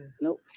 nope